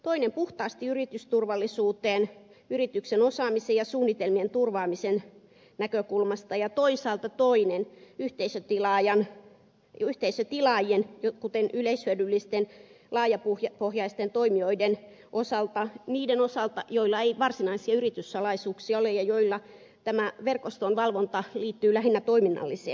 toinen puhtaasti yritysturvallisuuteen yrityksen osaamisen ja suunnitelmien turvaamisen näkökulmasta ja toisaalta toinen yhteisötilaajiin kuten yleishyödyllisiin laajapohjaisiin toimijoihin niihin joilla ei varsinaisia yrityssalaisuuksia ole ja joilla tämä verkoston valvonta liittyy lähinnä toiminnalliseen huoleen